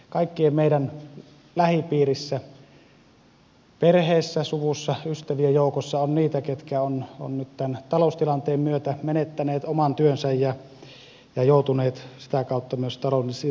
kaikkien meidän lähipiirissä perheessä suvussa ystävien joukossa on niitä jotka ovat tämän taloustilanteen myötä menettäneet oman työnsä ja joutuneet sitä kautta myös taloudellisiin vaikeuksiin